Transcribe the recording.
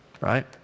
right